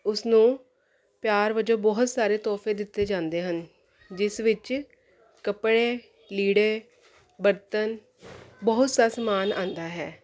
ਉਸਨੂੰ ਪਿਆਰ ਵਜੋਂ ਬਹੁਤ ਸਾਰੇ ਤੋਹਫੇ ਦਿੱਤੇ ਜਾਂਦੇ ਹਨ ਜਿਸ ਵਿੱਚ ਕੱਪੜੇ ਲੀੜੇ ਬਰਤਨ ਬਹੁਤ ਸਾ ਸਮਾਨ ਆਉਂਦਾ ਹੈ